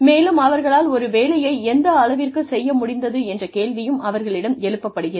மேலும் அவர்களால் ஒரு வேலையை எந்தளவிற்கு செய்ய முடிந்தது என்ற கேள்வியும் அவர்களிடம் எழுப்பப்படுகிறது